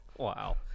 Wow